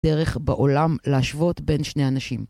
דרך בעולם להשוות בין שני אנשים.